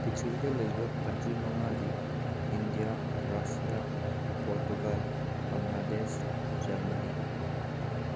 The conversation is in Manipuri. ꯄ꯭ꯔꯤꯊꯤꯕꯤꯗ ꯂꯩꯔꯤꯕ ꯀꯟꯇ꯭ꯔꯤ ꯃꯉꯥꯗꯤ India Russia Portugal Bangladesh Germany